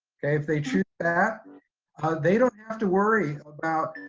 okay, if they choose that they don't have to worry about,